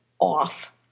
off